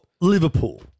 Liverpool